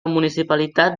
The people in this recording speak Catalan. municipalitat